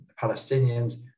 Palestinians